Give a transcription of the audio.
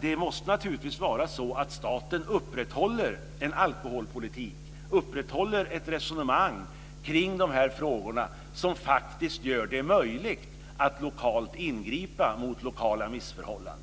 Det måste naturligtvis vara så att staten upprätthåller en alkoholpolitik, upprätthåller ett resonemang kring de här frågorna som faktiskt gör det möjligt att ingripa mot lokala missförhållanden.